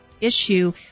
issue